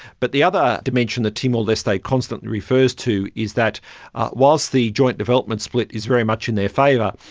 but the other dimension that timor-leste like constantly refers to is that whilst the joint development split is very much in their favour,